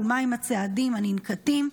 מהם הצעדים שננקטים?